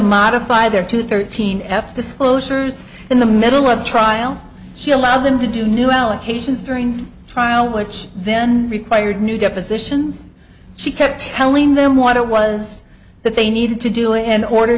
modify their two thirteen f disclosures in the middle of the trial she allowed them to do new allocations during the trial which then required new depositions she kept telling them what it was that they needed to do in order